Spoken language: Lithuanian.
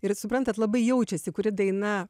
ir suprantat labai jaučiasi kuri daina